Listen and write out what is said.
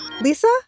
Lisa